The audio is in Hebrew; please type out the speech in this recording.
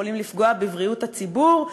שיכולים לפגוע בבריאות הציבור,